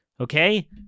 Okay